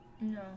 No